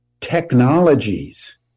technologies